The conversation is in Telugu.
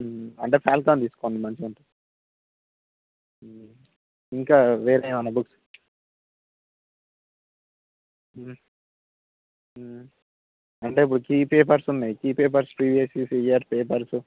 అంటే ఫ్యాల్కన్ తీసుకోండి మంచిగా ఉంత ఇంకా వేరే ఏమన్నా బుక్స్ అంటే ఇప్పుడు కీ పేపర్స్ ఉన్నాయి key papers previous years papers